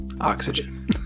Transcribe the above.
Oxygen